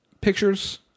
pictures